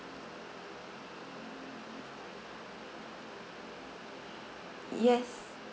yes